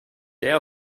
der